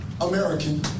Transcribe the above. American